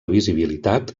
visibilitat